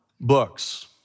books